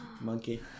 Monkey